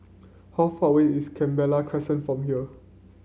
how far away is Canberra Crescent from here